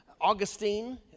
Augustine